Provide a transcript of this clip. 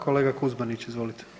Kolega Kuzmanić, izvolite.